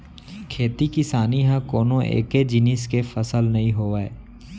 खेती किसानी ह कोनो एके जिनिस के फसल नइ होवय